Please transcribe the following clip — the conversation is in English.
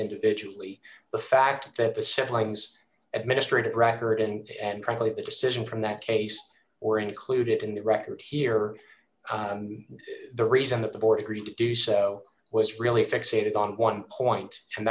individually the fact that the siblings administrative record and frankly the decision from that case or included in the record here the reason that the board agreed to do so was really fixated on one point and